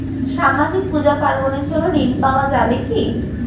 সামাজিক পূজা পার্বণ এর জন্য ঋণ পাওয়া যাবে কি?